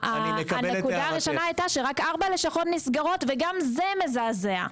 הנקודה הראשונה הייתה שרק ארבע לשכות נסגרות וגם זה מזעזע.